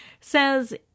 says